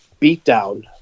beatdown